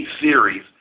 series